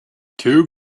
two